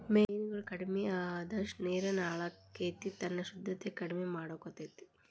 ಮೇನುಗಳು ಕಡಮಿ ಅಅದಷ್ಟ ನೇರುನು ಹಾಳಕ್ಕತಿ ತನ್ನ ಶುದ್ದತೆನ ಕಡಮಿ ಮಾಡಕೊತತಿ